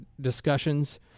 discussions